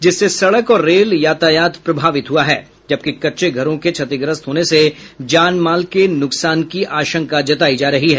जिससे सड़क और रेल यातायात प्रभावित हुआ है जबकि कच्चे घरों के क्षतिग्रस्त होने से जानमाल के नुकसान की आशंका जतायी जा रही है